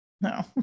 No